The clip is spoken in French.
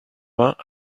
vingt